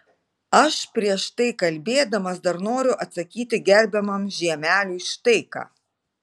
aš prieš tai kalbėdamas dar noriu atsakyti gerbiamam žiemeliui štai ką